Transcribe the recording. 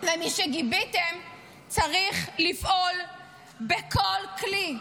ומשגיביתם צריך לפעול בכל כלי,